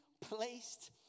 placed